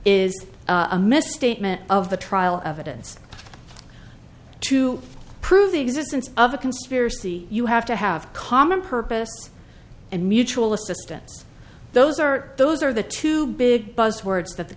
is a misstatement of the trial evidence to prove the existence of a conspiracy you have to have a common purpose and mutual assistance those are those are the two big buzz words that the